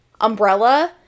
Umbrella